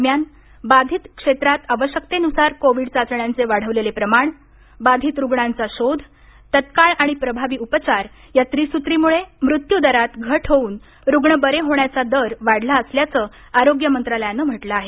दरम्यान बाधित क्षेत्रांत आवश्यकतेनुसार कोविड चाचण्यांचे वाढवलेले प्रमाण बाधित रुग्णांचा शोध तात्काळ आणि प्रभावी उपचार या त्रिसूत्रिमुळे मृत्यू दरात घट होऊन रुग्ण बरे होण्याचा दर वाढला असल्याचं आरोग्य मंत्रालयाने म्हटलं आहे